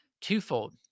twofold